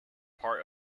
part